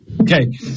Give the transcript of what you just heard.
Okay